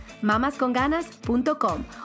mamasconganas.com